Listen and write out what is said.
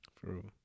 True